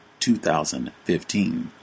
2015